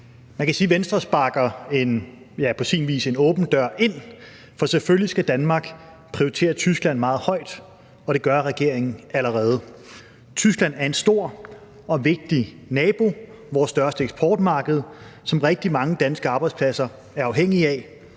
sin vis sparker en åben dør ind, for selvfølgelig skal Danmark prioritere Tyskland meget højt, og det gør regeringen allerede. Tyskland er en stor og vigtig nabo, vores største eksportmarked, som rigtig mange danske arbejdspladser er afhængige af.